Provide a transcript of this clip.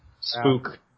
spook